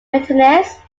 maintenance